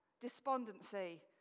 despondency